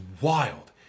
wild